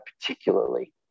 particularly